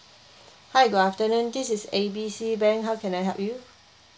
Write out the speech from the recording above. hi good afternoon this is A B C bank how can I help you